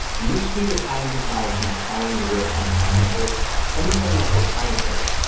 in this suite of high end technologies powering the real time crime center some of them are proprietary.